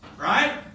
Right